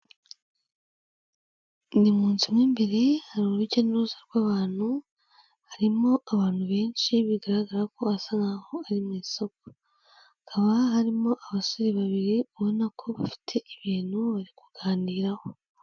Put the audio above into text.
Ni mu nzu mo imbere, hari urujya n'uruza rw'abantu, harimo abantu benshi bigaragara ko hasa nk'aho ari mu isoko; hakaba harimo abasore babiri ubona ko bafite ibintu bari kuganiraho.